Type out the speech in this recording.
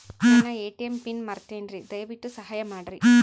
ನನ್ನ ATM PIN ಮರೆತೇನ್ರೀ, ದಯವಿಟ್ಟು ಸಹಾಯ ಮಾಡ್ರಿ